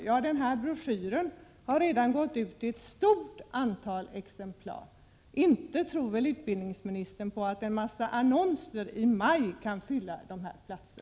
En broschyr från UHÄ har redan gått ut i ett stort antal exemplar. Inte tror väl utbildningsministern att annonser i maj kan fylla dessa utbildningsplatser?